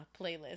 playlist